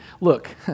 look